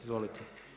Izvolite.